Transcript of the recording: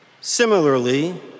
Similarly